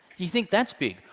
you think that's big.